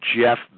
Jeff